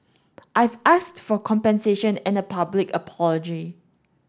I've asked for compensation and a public apology